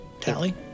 Tally